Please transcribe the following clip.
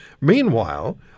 meanwhile